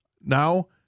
Now